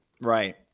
right